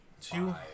two